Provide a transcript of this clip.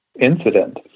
incident